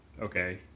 Okay